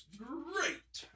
great